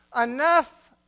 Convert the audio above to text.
enough